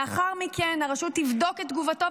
לאחר מכן הרשות תבדוק את תגובתו,